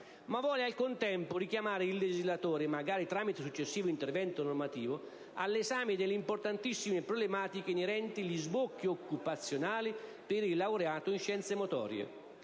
ma vuole al contempo richiamare il legislatore, magari tramite successivo intervento normativo, all'esame delle importantissime problematiche inerenti gli sbocchi occupazionali per il laureato in scienze motorie,